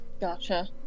Gotcha